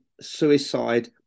suicide